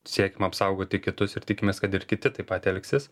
siekiam apsaugoti kitus ir tikimės kad ir kiti taip pat elgsis